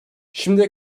şimdiye